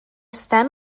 stem